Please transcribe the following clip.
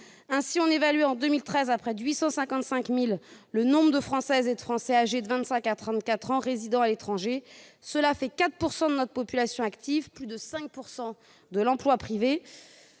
Ainsi, on évalue en 2013 à près de 855 000 le nombre de Françaises et de Français âgés de 25 ans à 34 ans résidant à l'étranger, ce qui représente 4 % de notre population active ou plus de 5 % de l'emploi privé.